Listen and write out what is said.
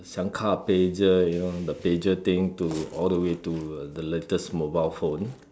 siang ka pager you know the pager thing to all the way to the latest mobile phone